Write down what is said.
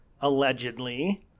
allegedly